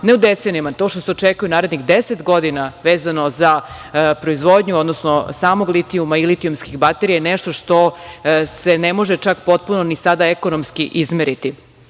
ne u decenijama, to što se očekuje u narednih deset godina vezano za proizvodnju samog litijuma i litijumskih baterija je nešto što se ne može čak potpuno ni sada ekonomski izmeriti.